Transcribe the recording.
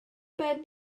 ben